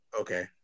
okay